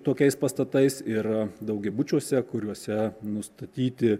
tokiais pastatais ir daugiabučiuose kuriuose nustatyti